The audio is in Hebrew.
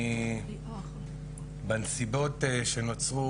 בנסיבות שנוצרו,